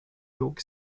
york